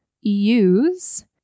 use